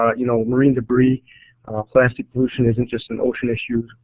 ah you know marine debris plastic pollution isn't just an ocean issue,